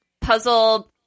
puzzle